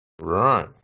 Right